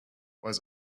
was